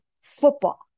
football